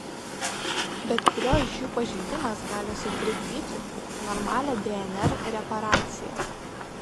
bet kurio iš jų pažeidimas gali sutrikdyti normalią dnr reparaciją